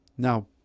Now